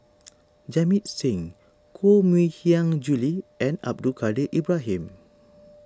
Jamit Singh Koh Mui Hiang Julie and Abdul Kadir Ibrahim